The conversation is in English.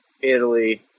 Italy